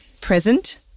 present